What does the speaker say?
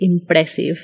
impressive